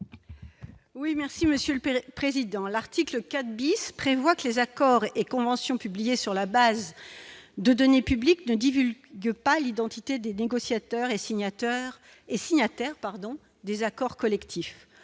Oui, merci Monsieur le Perez, président, l'article 4 bis prévoit que les accords et conventions publiés sur la base de données publiques ne divulgue pas l'identité des négociateurs et signataires et signataires